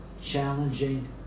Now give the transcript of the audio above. challenging